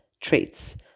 traits